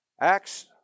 Acts